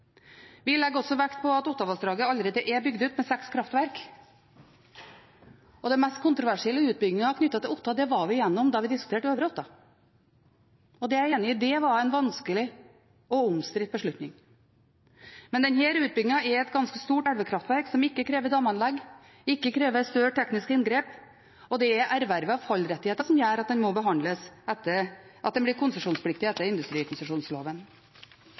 Vi legger også vekt på at Ottavassdraget allerede er bygd ut med seks kraftverk. Den mest kontroversielle utbyggingen knyttet til Otta var vi gjennom da vi diskuterte Øvre Otta, og jeg er enig i at var en vanskelig og omstridt beslutning. Men denne utbyggingen er et ganske stort elvekraftverk som ikke krever damanlegg og ikke krever større tekniske inngrep, og det er ervervet fallrettigheter som gjør at den blir konsesjonspliktig etter industrikonsesjonsloven.